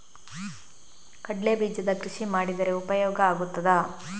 ಕಡ್ಲೆ ಬೀಜದ ಕೃಷಿ ಮಾಡಿದರೆ ಉಪಯೋಗ ಆಗುತ್ತದಾ?